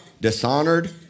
dishonored